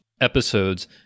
episodes